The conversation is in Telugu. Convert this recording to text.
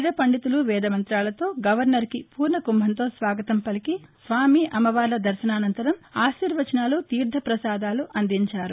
కృష్ణు రెడ్డి వేదపండితులు వేదమంతాలతో గవర్నర్ కి పూర్ణకుంభంతో స్వాగతం పలికి స్వామి అమ్మవార్ల దర్భనానంతరం ఆశీర్వచనాలు తీర్ద పసాదాలు అందించారు